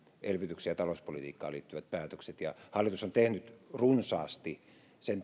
elvytykseen ja talouspolitiikkaan liittyvät päätökset hallitus on tehnyt runsaasti